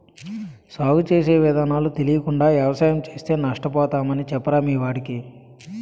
సాగు చేసే విధానాలు తెలియకుండా వ్యవసాయం చేస్తే నష్టపోతామని చెప్పరా మీ వాడికి